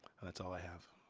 and that's all i have.